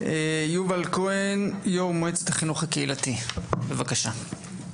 יובל כהן, יו״ר מועצת החינוך הקהילתי, בבקשה.